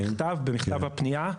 במכתב הפנייה,